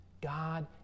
God